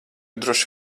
droši